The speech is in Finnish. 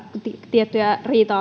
tiettyjen riita